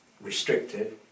restricted